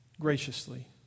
graciously